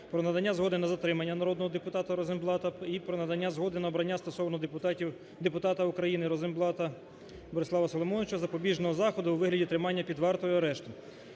про надання згоди на затримання народного депутата Розенблата і про надання згоди на обрання стосовно депутата України Розенблата Борислава Соломоновича запобіжного заходу у вигляді тримання під вартою, арешту,